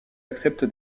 accepte